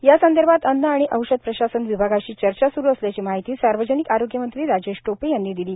यासंदर्भात अन्न आणि औषध प्रशासन विभागाशी चर्चा सुरू असल्याची माहिती सार्वजनिक आरोग्य मंत्री राजेश टोपे यांनी दिली